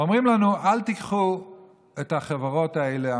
אומרים לנו: אל תיקחו את אנשי החברות האלה